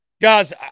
Guys